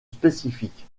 spécifique